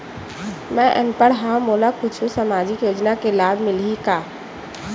मैं अनपढ़ हाव मोला कुछ कहूं सामाजिक योजना के लाभ मिलही का?